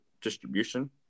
distribution